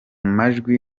majwi